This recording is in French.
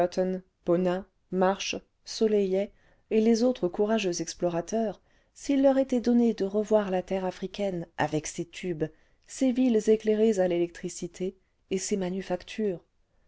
marche soleillet et les autres courageux explorateurs s'il leur était donné de tevoir la terre africaine avec ses tubes ses villes éclairées à l'électricité et sesmanufactures les